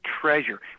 treasure –